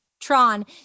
Tron